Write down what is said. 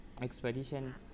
expedition